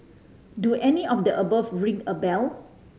do any of the above ring a bell